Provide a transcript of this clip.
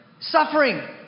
suffering